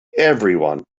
everyone